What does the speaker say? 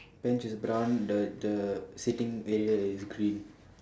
bench is brown the the sitting area is green